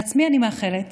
לעצמי אני מאחלת